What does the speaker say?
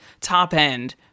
top-end